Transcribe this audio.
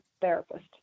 therapist